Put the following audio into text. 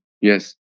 Yes